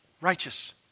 righteous